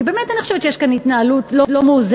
כי באמת אני חושבת שיש כאן התנהלות לא מאוזנת,